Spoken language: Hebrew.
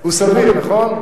הוא סביר, נכון?